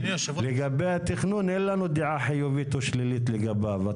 לגבי התכנון אין לנו דעה חיובית או שלילית לגביו.